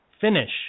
finish